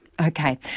Okay